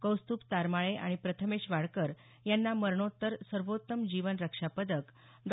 कौस्तुभ तारमाळे आणि प्रथमेश वाडकर यांना मरणोत्तर सर्वोत्तम जीवन रक्षा पदक डॉ